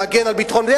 להגן על ביטחון המדינה,